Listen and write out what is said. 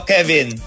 Kevin